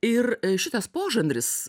ir šitas požanris